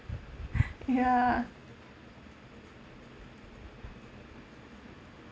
ya